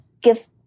give